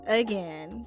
again